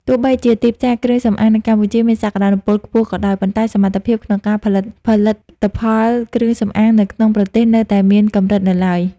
ទោះបីជាទីផ្សារគ្រឿងសម្អាងនៅកម្ពុជាមានសក្ដានុពលខ្ពស់ក៏ដោយ ប៉ុន្តែសមត្ថភាពក្នុងការផលិតផលិតផលគ្រឿងសម្អាងនៅក្នុងប្រទេសនៅតែមានកម្រិតនៅឡើយ។